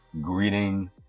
Greeting